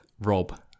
Rob